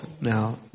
now